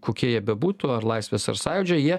kokie jie bebūtų ar laisvės ar sąjūdžio jie